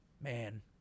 Man